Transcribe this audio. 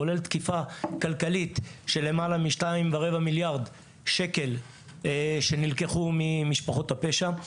כולל תקיפה כלכלית של למעלה מ-2.25 מיליארד שקל שנלקחו ממשפחות הפשע.